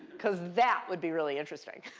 because that would be really interesting.